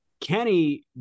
Kenny